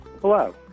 Hello